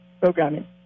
programming